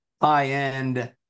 high-end